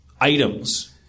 items